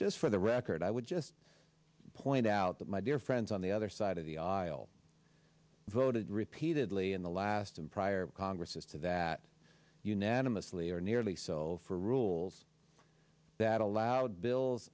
just for the record i would just point out that my dear friends on the other side of the aisle voted repeatedly in the last and prior congresses to that unanimously or nearly so for rules that allowed bills